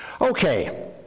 Okay